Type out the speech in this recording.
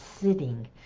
sitting